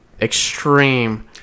extreme